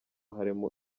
harimo